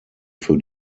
für